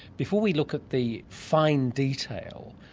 before we look at the fine detail,